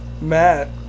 Matt